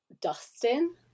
Dustin